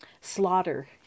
Slaughter